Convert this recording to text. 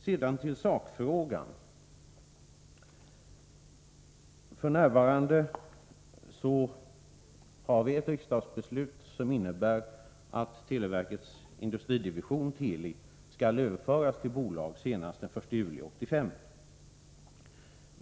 Sedan till sakfrågan: Det finns f.n. ett riksdagsbeslut som innebär att televerkets industridivision, Teli, skall överföras till bolag senast den 1 juli 1985.